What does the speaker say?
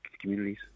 communities